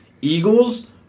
eagles